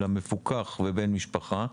אלא 'מפוקח ובן משפחה'.